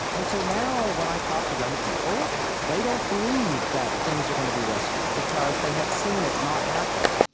and so now when i talk to young people they don't believe that things are going to be rescued because they have seen it not happen.